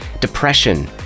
depression